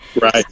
Right